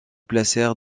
placèrent